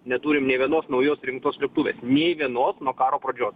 neturim nė vienos naujos rimtos slėptuvės nei vienos nuo karo pradžios